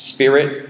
Spirit